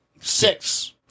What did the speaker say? Six